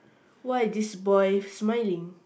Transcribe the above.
why this boy smiling